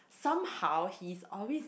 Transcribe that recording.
somehow he's always